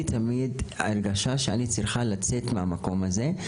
תמיד הרגשה שאני צריכה לצאת מהמקום הזה.